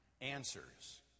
answers